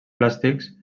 plàstics